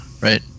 right